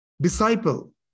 disciple